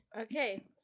Okay